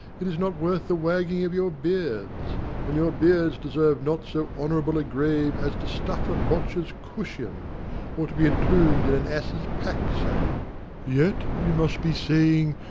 it is not worth the wagging of your beards and your beards deserve not so honourable a grave as to stuff a botcher's cushion or to be entombed in an ass's pack-saddle. yet you must be saying,